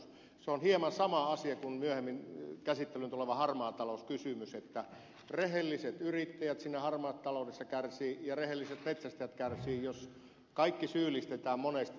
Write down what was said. se on hieman sama asia kuin myöhemmin käsittelyyn tuleva harmaa talous kysymys että rehelliset yrittäjät siinä harmaassa taloudessa kärsivät ja rehelliset metsästäjä kärsivät jos kaikki syyllistetään monesti